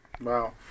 Wow